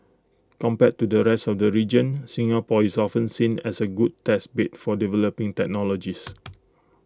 compared to the rest of the region Singapore is often seen as A good test bed for developing technologies